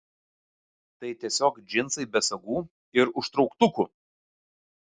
tai tiesiog džinsai be sagų ir užtrauktukų